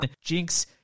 Jinx